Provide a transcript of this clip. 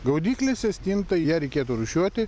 gaudyklėse stinta ją reikėtų rūšiuoti